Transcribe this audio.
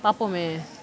பாப்போமே:paappomae